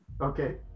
Okay